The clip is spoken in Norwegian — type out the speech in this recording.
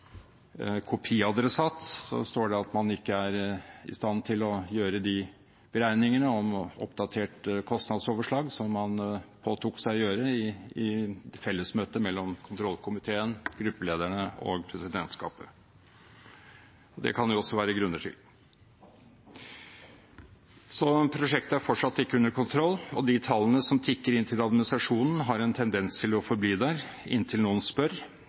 kopiadressat. Der står det at man ikke er i stand til å gjøre de beregningene med oppdatert kostnadsoverslag som man påtok seg å gjøre i et fellesmøte mellom kontrollkomiteen, gruppelederne og presidentskapet. Det kan det jo også være grunner til. Så prosjektet er fortsatt ikke under kontroll, og de tallene som tikker inn til administrasjonen, har en tendens til å forbli der inntil noen spør